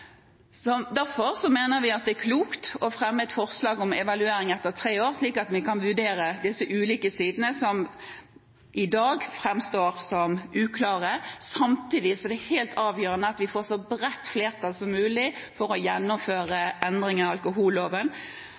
merknader. Derfor mener vi det er klokt å fremme et forslag om evaluering etter tre år, slik at vi kan vurdere disse ulike sidene som i dag framstår som uklare, samtidig som det er helt avgjørende at vi får et så bredt flertall som mulig for å gjennomføre endringer i alkoholloven.